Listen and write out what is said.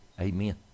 Amen